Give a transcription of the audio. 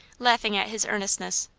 laughing at his earnestness.